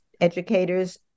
educators